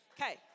Okay